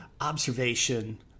observation